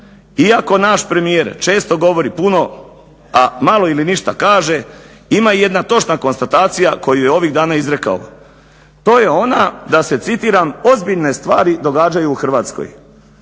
iako naš premijer često govori puno, a malo ili ništa kaže ima jedna točna konstatacija koju je ovih dana izrekao. To je ona da se citiram ozbiljne stvari događaju u Hrvatskoj.